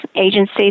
agency